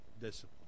discipline